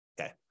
Okay